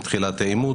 עם תחילת העימות,